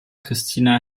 christina